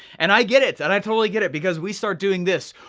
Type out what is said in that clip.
and i get it, and i totally get it because we start doing this,